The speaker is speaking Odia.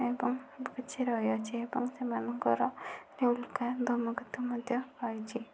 ଏବଂ ବୁଝି ରହିଅଛି ଏବଂ ସେମାନଙ୍କର ସେ ଉଲ୍କା ଧୂମକେତୁ ମଧ୍ୟ ରହିଛି